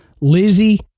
Lizzie